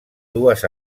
dues